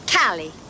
Callie